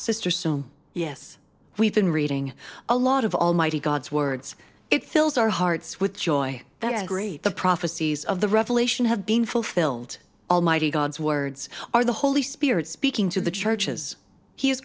sisters so yes we've been reading a lot of almighty god's words it fills our hearts with joy that is great the prophecies of the revelation have been fulfilled almighty god's words are the holy spirit speaking to the church